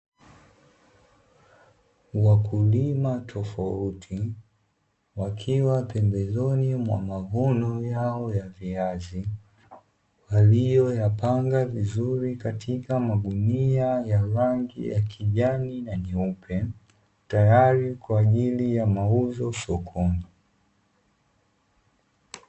Wakulima tofauti wakiwa pembezoni mwa mavuno yao ya viazi, waliyoyapanga vizuri katika magunia ya rangi ya kijani na nyeupe, tayari kwa ajili ya mauzo sokoni.